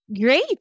Great